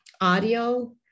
audio